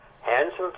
Handsome